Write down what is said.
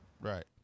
Right